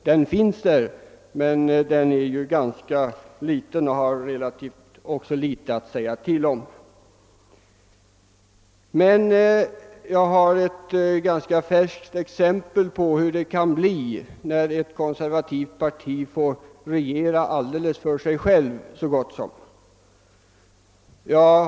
Den finns där, men den är ganska liten och har också relativt litet inflytande. Jag har emellertid ett färskt exempel på hur det kan bli när ett konservativt parti får regera så gott som ensamt.